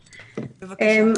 היי,